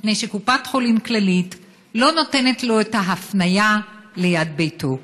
מפני שקופת חולים כללית לא נותנת לו את ההפניה ליד ביתו.